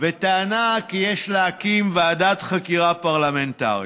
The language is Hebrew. וטענה כי יש להקים ועדת חקירה פרלמנטרית.